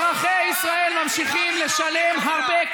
שובתים נגד הכנסת, נגד הממשלה, נגד הריבון.